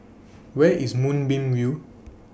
Where IS Moonbeam View